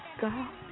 God